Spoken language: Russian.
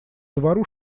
двору